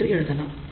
என்று எழுதலாம்